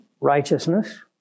righteousness